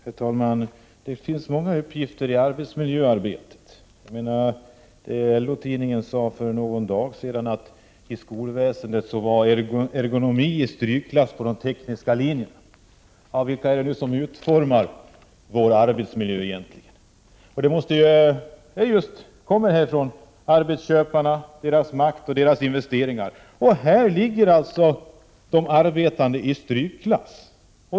Herr talman! Det finns många uppgifter i arbetsmiljöarbetet. I LO tidningen som kom för någon dag sedan sades att i skolan var ämnet ergonomi i strykklass på de tekniska linjerna. Vilka är det som egentligen utformar vår arbetsmiljö? Det är arbetsköparna med den makt de har och med de investeringar de gör. Här hamnar alltså de arbetande i strykklass.